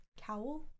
Cowl